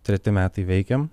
treti metai veikiam